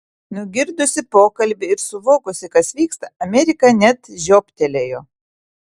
nugirdusi pokalbį ir suvokusi kas vyksta amerika net žiobtelėjo